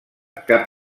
cap